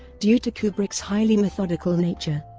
due to kubrick's highly methodical nature.